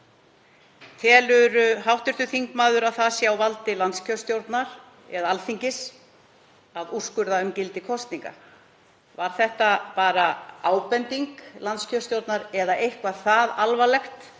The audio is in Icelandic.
trygg. Telur hv. þingmaður að það sé á valdi landskjörstjórnar eða Alþingis að úrskurða um gildi kosninga? Var þetta bara ábending landskjörstjórnar eða eitthvað það alvarlegt